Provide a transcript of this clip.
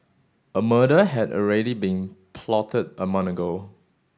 a murder had already been plotted a month ago